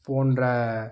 போன்ற